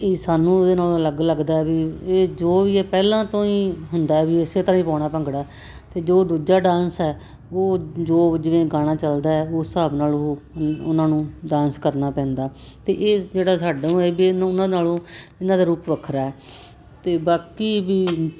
ਇਹ ਸਾਨੂੰ ਇਹਦੇ ਨਾਲ ਅਲੱਗ ਲੱਗਦਾ ਵੀ ਇਹ ਜੋ ਵੀ ਹੈ ਪਹਿਲਾਂ ਤੋਂ ਹੀ ਹੁੰਦਾ ਵੀ ਇਸ ਤਰ੍ਹਾਂ ਹੀ ਪਾਉਣਾ ਭੰਗੜਾ ਅਤੇ ਜੋ ਦੂਜਾ ਡਾਂਸ ਹੈ ਉਹ ਜੋ ਜਿਵੇਂ ਗਾਣਾ ਚੱਲਦਾ ਹੈ ਉਸ ਹਿਸਾਬ ਨਾਲ ਉਹ ਉਹਨਾਂ ਨੂੰ ਡਾਂਸ ਕਰਨਾ ਪੈਂਦਾ ਅਤੇ ਇਹ ਜਿਹੜਾ ਸਾਨੂੰ ਇਹ ਵੀ ਉਹਨਾਂ ਨਾਲੋਂ ਇਹਨਾਂ ਦਾ ਰੂਪ ਵੱਖਰਾ ਹੈ ਅਤੇ ਬਾਕੀ ਵੀ